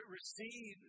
receive